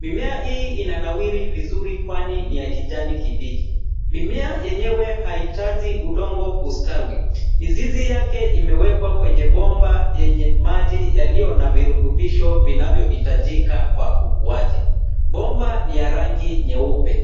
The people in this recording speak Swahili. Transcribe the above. Mimea hii inanawiri vizuri kwani ni ya kijani kibichi. Mimea yenyewe haihitaji udongo kustawi. Mizizi yake imewekwa kwenye bomba yenye maji yaliyo na virutubisho vinavyohitajika kwa ukuaji. Bomba ni ya rangi nyeupe.